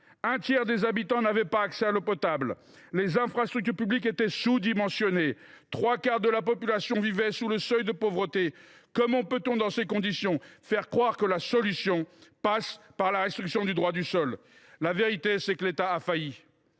Un tiers des habitants n’avaient pas accès à l’eau potable. Les infrastructures publiques étaient sous dimensionnées. Les trois quarts de la population vivaient sous le seuil de pauvreté. Comment peut on, dans ces conditions, faire croire que la solution passe par la restriction du droit du sol ? La vérité, c’est que l’État a failli.